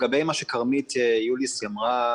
לגבי מה שכרמית יוליס אמרה,